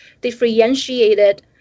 differentiated